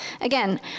Again